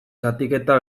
zatiketa